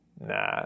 Nah